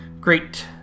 great